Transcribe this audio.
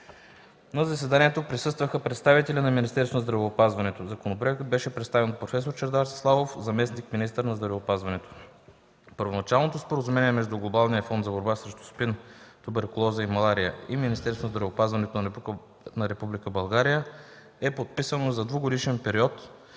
На заседанието присъстваха представители на Министерството на здравеопазването. Законопроектът беше представен от професор Чавдар Славов – заместник-министър на здравеопазването. Първоначалното Споразумение между Глобалния фонд за борба срещу СПИН, туберкулоза и малария и Министерството на здравеопазването на Република България е подписано за двугодишен период